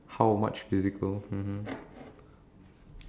most impressive thing I have ever done